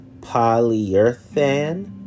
polyurethane